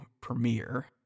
premiere